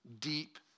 deep